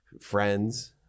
friends